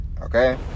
Okay